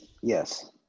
Yes